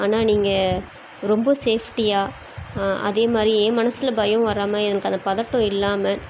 ஆனால் நீங்கள் ரொம்ப சேஃப்டியாக அதேமாதிரி ஏன் மனசில் பயம் வராமல் எனக்கு அந்த பதட்டம் இல்லாமல்